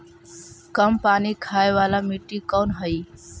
कम पानी खाय वाला मिट्टी कौन हइ?